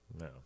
No